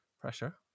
pressure